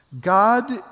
God